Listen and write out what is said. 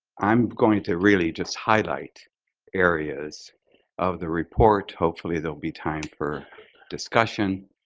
i'm going to really just highlight areas of the report. hopefully there will be time for discussion.